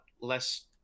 less